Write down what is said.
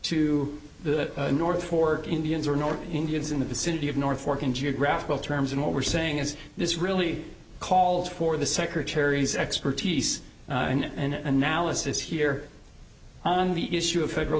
to the north fork indians or north indians in the vicinity of north fork in geographical terms and what we're saying is this really calls for the secretary's expertise and analysis here on the issue of federal